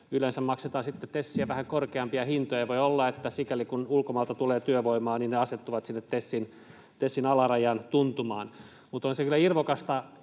yleensä maksetaan sitten TESiä vähän korkeampia hintoja — voi olla, että sikäli kuin ulkomailta tulee työvoimaa, ne asettuvat sinne TESin alarajan tuntumaan. Mutta on se kyllä jotenkin